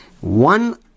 One